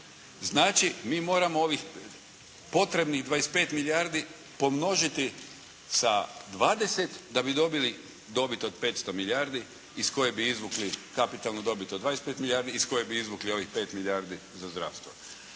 Znači mi moramo ovih potrebnih 25 milijardi pomnožiti sa 20 da bi dobili dobit od 500 milijardi iz koje bi izvukli kapitalnu dobit od 25 milijardi, iz koje bi izvukli ovih 5 milijardi za zdravstvo.